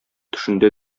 төшендә